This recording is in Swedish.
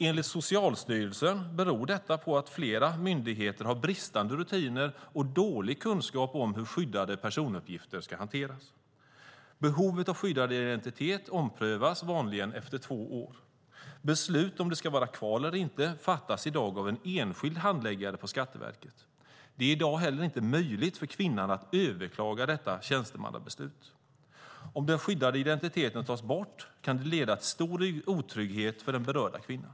Enligt Socialstyrelsen beror detta på att flera myndigheter har bristande rutiner och dålig kunskap om hur skyddade personuppgifter ska hanteras. Behovet av skyddad identitet omprövas vanligen efter två år. Beslutet om det ska vara kvar eller inte fattas i dag av en enskild handläggare på Skatteverket. Det är i dag heller inte möjligt för kvinnan att överklaga detta tjänstemannabeslut. Om den skyddade identiteten tas bort kan det leda till stor otrygghet för den berörda kvinnan.